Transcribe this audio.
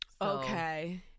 Okay